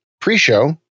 pre-show